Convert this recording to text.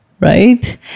right